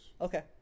Okay